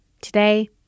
Today